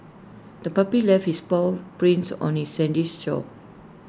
the puppy left its paw prints on the sandys shore